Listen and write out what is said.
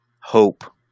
hope